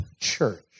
church